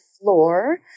floor